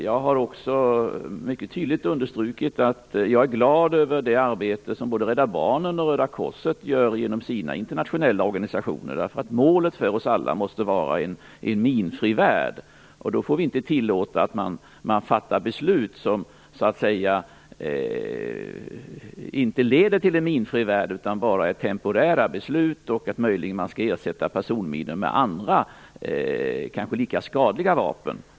Jag har också mycket tydligt understrukit att jag är glad över det arbete som både Rädda Barnen och Röda korset gör genom sina internationella organisationer. Målet för oss alla måste vara en minfri värld. Då får vi inte tillåta att man fattar beslut som inte leder till en minfri värld, utan som bara är temporära beslut och innebär att man möjligen skall ersätta personminor med andra kanske lika skadliga vapen.